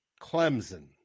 Clemson